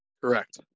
Correct